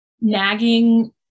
nagging